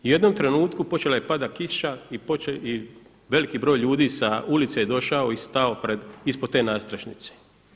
U jednom trenutku počela je padat kiša i veliki broj ljudi sa ulice je došao i stao ispod te nadstrešnice.